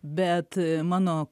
bet mano